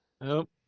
Nope